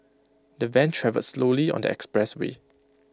the van travelled slowly on the expressway